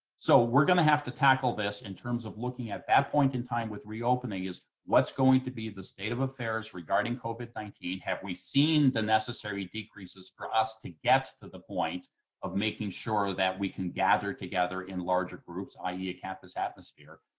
so we're going to have to tackle this in terms of looking at that point in time with reopening is, what's going to be the state of affairs regarding covid nineteen, have we seen the necessary decreases for us to get to the point of making sure that we can gather together in larger groups, i e. a campus atmosphere,